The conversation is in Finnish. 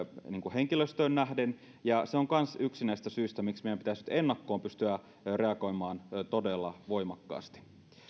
henkilöstöön nähden se on myös yksi näistä syistä miksi meidän pitäisi nyt ennakkoon pystyä reagoimaan todella voimakkaasti